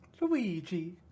Luigi